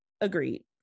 agreed